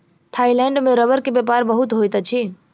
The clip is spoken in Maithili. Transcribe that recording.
थाईलैंड में रबड़ के व्यापार बहुत होइत अछि